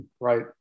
right